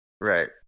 right